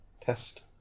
Test